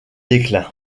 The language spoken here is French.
déclin